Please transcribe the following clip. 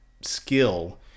skill